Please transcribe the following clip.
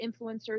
influencers